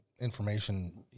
information